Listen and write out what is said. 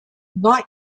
not